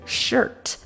shirt